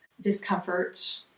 discomfort